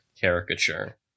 caricature